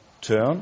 turn